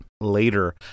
later